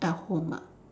at home ah